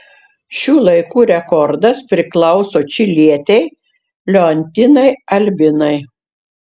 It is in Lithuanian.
šių laikų rekordas priklauso čilietei leontinai albinai